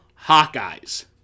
Hawkeyes